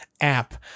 app